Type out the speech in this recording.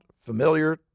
familiar